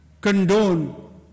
condone